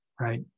right